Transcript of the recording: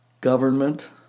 government